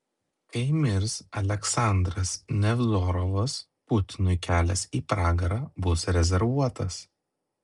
kai mirs aleksandras nevzorovas putinui kelias į pragarą bus rezervuotas